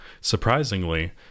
Surprisingly